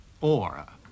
aura